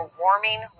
warming